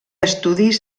estudis